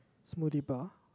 bar